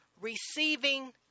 receiving